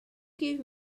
give